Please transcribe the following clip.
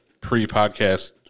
pre-podcast